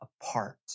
apart